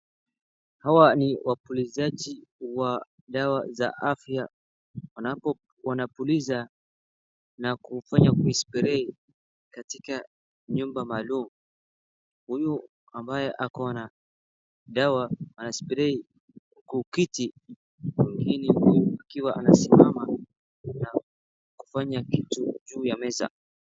Hawa ni wapulizajiwa dawa za afya, ambapo wanapuliza na kufanya kuspray katika nyumba maalum. Huyu ambaye ako na dawa anaspray kwa kiti na huyu mwingine akiwa anasimama na kufanya kitu juu ya meza.